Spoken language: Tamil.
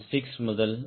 6 முதல் 1